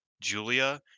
Julia